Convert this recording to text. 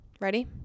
Ready